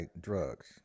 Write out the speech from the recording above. drugs